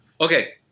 Okay